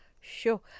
Sure